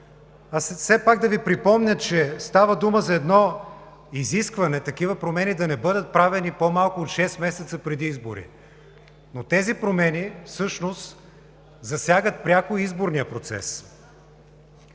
Аз все пак да Ви припомня, че става дума за едно изискване такива промени да не бъдат правени по-малко от шест месеца преди избори, но тези промени всъщност засягат пряко изборния процес.